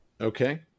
Okay